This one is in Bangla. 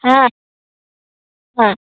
হ্যাঁ হ্যাঁ